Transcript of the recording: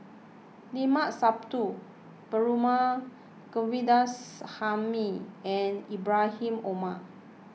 Limat Sabtu Perumal Govindaswamy and Ibrahim Omar